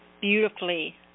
beautifully